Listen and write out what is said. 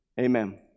amen